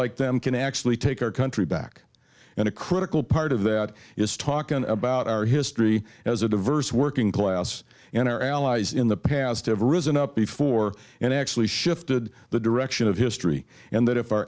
like them can actually take our country back and a critical part of that is talking about our history as a diverse working class and our allies in the past have risen up before and actually shifted the direction of history and that if our